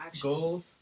Goals